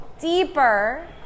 deeper